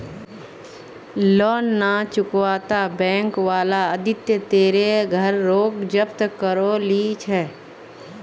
loan ना चुकावाता bank वाला आदित्य तेरे घर रोक जब्त करो ली छे